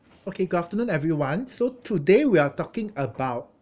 okay good afternoon everyone so today we are talking about